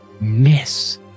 miss